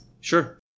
Sure